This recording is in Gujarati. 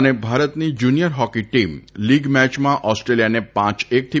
અને ભારતની જુનીયર હોકી ટીમ લીગમેચમાં ઓસ્ટ્રેલીયાને પાંચ એક થી